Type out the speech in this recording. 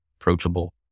approachable